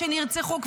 שכבר נרצחו.